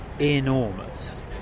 enormous